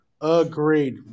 Agreed